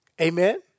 Amen